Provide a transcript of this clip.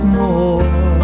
more